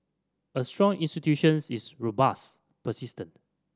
a strong institutions is robust persistent